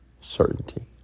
Certainty